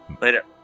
Later